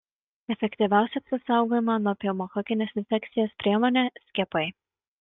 efektyviausia apsisaugojimo nuo pneumokokinės infekcijos priemonė skiepai